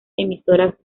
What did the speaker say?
emisoras